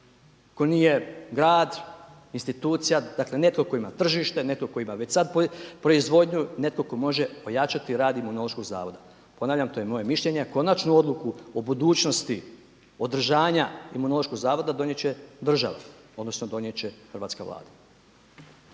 kome nije grad, institucija, dakle netko tko ima tržište, dakle netko tko ima već sad proizvodnju, netko tko može ojačati rad Imunološkog zavoda. Ponavljam to je moje mišljenje, konačnu odluku o budućnosti održanja Imunološkog zavoda donijeti će država, odnosno donijeti će hrvatska Vlada.